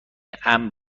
امن